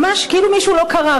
ממש כאילו מישהו לא קרא,